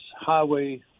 Highway